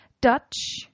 Dutch